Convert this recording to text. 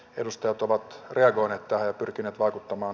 edustajat ovat reagoineet tahot pyrkivät vaikuttamaan